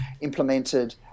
implemented